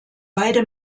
beide